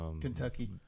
Kentucky